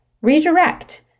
redirect